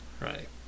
right